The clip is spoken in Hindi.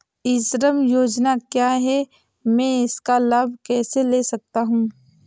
ई श्रम योजना क्या है मैं इसका लाभ कैसे ले सकता हूँ?